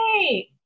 Hey